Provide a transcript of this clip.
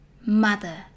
mother